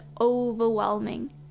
overwhelming